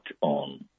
on